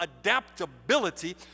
adaptability